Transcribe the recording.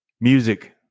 Music